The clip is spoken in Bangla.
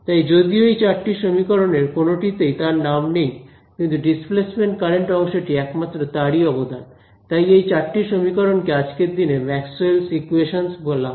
তাই যদিও এই চারটি সমীকরণের কোনটিতেই তার নাম নেই কিন্তু ডিসপ্লেসমেন্ট কারেন্ট অংশটি একমাত্র তারই অবদান তাই এই চারটি সমীকরণকে আজকের দিনে ম্যাক্সওয়েলস ইকুয়েশনস Maxwell's equations বলা হয়